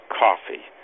coffee